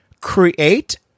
Create